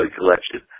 collection